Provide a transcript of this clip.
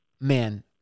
man